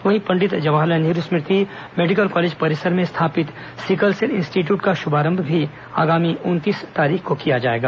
वहीं पंडित जवाहरलाल नेहरू स्मृति medical college परिसर में स्थापित सिकलसेल इंस्टीट्यूट का शुभारंभ भी आगामी उनतीस तारीख को किया जाएगा